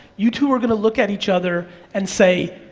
you two are gonna look at each other and say,